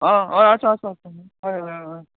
हय हय आसा आसा हय हय हय